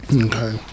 Okay